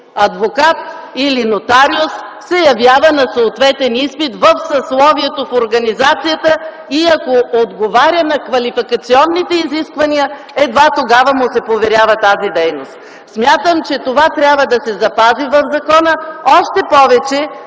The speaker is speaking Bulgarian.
адвокат или нотариус, се явява на съответен изпит в съсловието, в организацията и ако отговаря на квалификационните изисквания, едва тогава му се поверява тази дейност. Смятам, че това трябва да се запази в закона, още повече